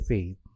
Faith